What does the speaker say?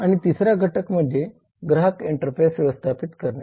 आणि 3 रा घटक म्हणजे ग्राहक इंटरफेस व्यवस्थापित करणे